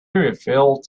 refilled